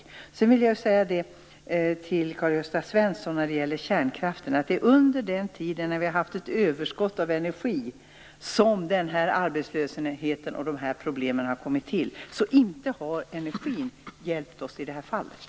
När det gäller kärnkraften vill jag till Karl-Gösta Svenson säga att det är under den tid som vi har haft ett överskott av energi som arbetslösheten och problemen har uppstått, så inte har energin hjälpt oss i det här fallet.